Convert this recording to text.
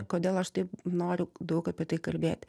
kodėl aš taip noriu daug apie tai kalbėti